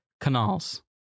Canals